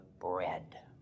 bread